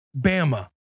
Bama